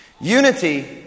Unity